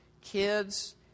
kids